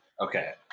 Okay